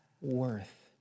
worth